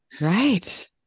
Right